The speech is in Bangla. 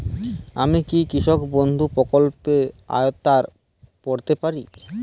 আমি কি কৃষক বন্ধু প্রকল্পের আওতায় পড়তে পারি?